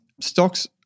stocks